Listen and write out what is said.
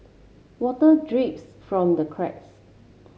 water drips from the cracks